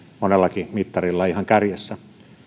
monellakin mittarilla ihan kärjessä